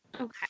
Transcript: Okay